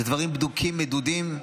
אלה דברים בדוקים, מדודים,